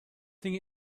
thing